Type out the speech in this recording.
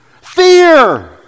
Fear